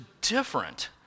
different